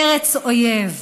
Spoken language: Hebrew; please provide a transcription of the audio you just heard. ארץ אויב.